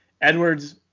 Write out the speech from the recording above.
Edwards